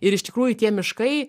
ir iš tikrųjų tie miškai